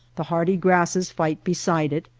the hardy grasses fight beside it,